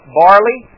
barley